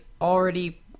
already